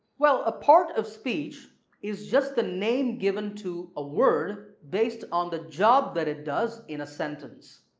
well a part of speech is just the name given to a word based on the job that it does in a sentence.